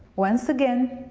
once again,